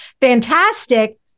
fantastic